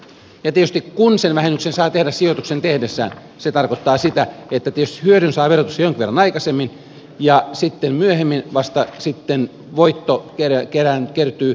ja tietysti kun sen vähennyksen saa tehdä sijoituksen tehdessään se tarkoittaa sitä että tietysti hyödyn saa verotuksessa jonkin verran aikaisemmin ja voitto kertyy sitten vasta myöhemmin